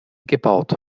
gebaut